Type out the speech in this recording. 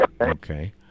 okay